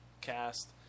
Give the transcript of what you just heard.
cast